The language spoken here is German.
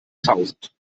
tausend